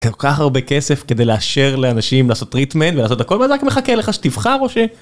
אתה לוקח הרבה כסף כדי לאשר לאנשים לעשות טריטמנט ולעשות הכל מה זה מחכה לך שתבחר או ש...